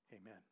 Amen